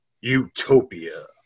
utopia